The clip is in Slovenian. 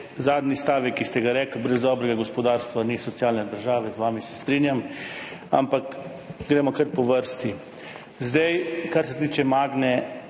zadnji stavek, ki ste ga izrekli – brez dobrega gospodarstva ni socialne države. Z vami se strinjam, ampak gremo kar po vrsti. Kar se tiče Magne